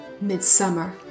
midsummer